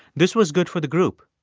this was good for the group.